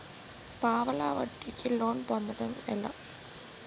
పావలా వడ్డీ కి లోన్ పొందటం ఎలా?